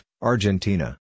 Argentina